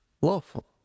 lawful